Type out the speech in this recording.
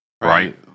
Right